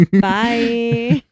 bye